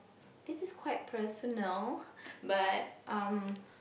this is quite personal but um